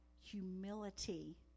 humility